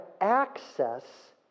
access